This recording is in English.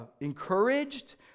encouraged